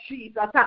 Jesus